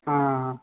ହଁ ହଁ